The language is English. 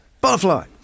Butterfly